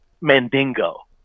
Mandingo